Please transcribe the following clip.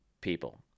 people